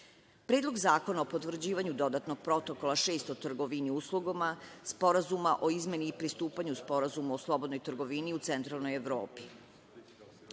odnosa. Predlog zakona o potvrđivanju dodatnog Protokola 6. o trgovini uslugama, Sporazuma o izmeni i pristupanju Sporazuma o slobodnoj trgovini u centralnoj Evropi,